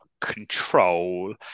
control